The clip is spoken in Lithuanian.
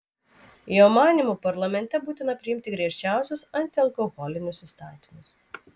jo manymu parlamente būtina priimti griežčiausius antialkoholinius įstatymus